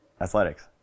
athletics